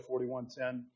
41.10